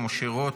משה רוט,